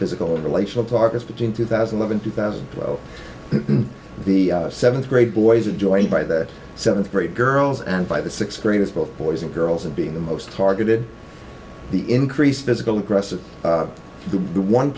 physical relational targets between two thousand and two thousand and twelve the seventh grade boys are joined by the seventh grade girls and by the sixth graders both boys and girls and being the most targeted the increased physical aggressive the one